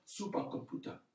supercomputer